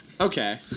Okay